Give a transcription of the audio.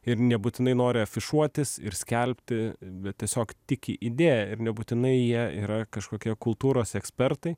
ir nebūtinai nori afišuotis ir skelbti bet tiesiog tiki idėja ir nebūtinai jie yra kažkokie kultūros ekspertai